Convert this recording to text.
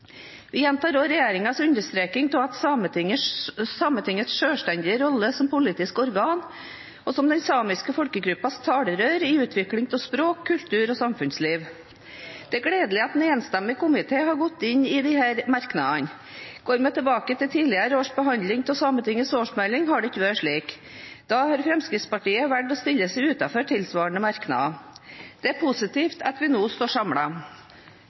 Vi gjentar også regjeringens understreking av Sametingets selvstendige rolle som politisk organ og som den samiske folkegruppens talerør for utvikling av språk, kultur og samfunnsliv. Det er gledelig at en enstemmig komité står bak disse merknadene. Går vi tilbake til tidligere års behandling av Sametingets årsmelding, har det ikke vært slik. Da har Fremskrittspartiet valgt å stille seg utenfor tilsvarende merknader. Det er positivt at vi nå står